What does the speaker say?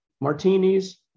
Martinis